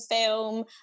film